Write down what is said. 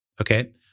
okay